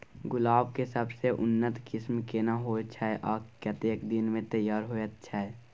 गुलाब के सबसे उन्नत किस्म केना होयत छै आ कतेक दिन में तैयार होयत छै?